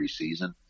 preseason